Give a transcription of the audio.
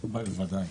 בוודאי.